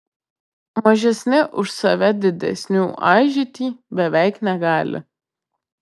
mažesni už save didesnių aižyti beveik negali